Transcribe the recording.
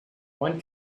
one